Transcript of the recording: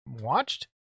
watched